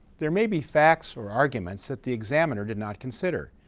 there may be facts or arguments that the examiner did not consider,